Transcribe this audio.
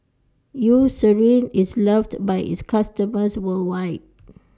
Eucerin IS loved By its customers worldwide